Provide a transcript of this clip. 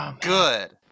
good